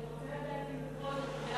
אני רוצה לדעת האם בכל זאת מבחינה